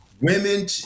Women